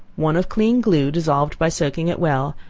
one of clean glue, dissolved by soaking it well,